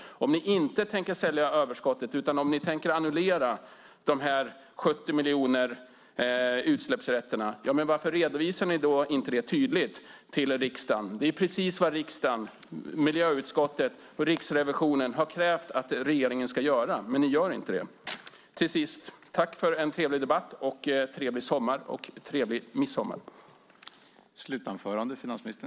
Om ni inte tänker sälja överskottet utan annullera de 70 miljonerna utsläppsrätterna, varför redovisar ni inte det tydligt till riksdagen? Det är precis vad riksdagen, miljöutskottet och Riksrevisionen har krävt att regeringen ska göra, men ni gör inte det. Tack för en trevlig debatt och trevlig midsommar och sommar!